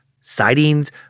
sightings